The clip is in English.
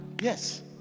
yes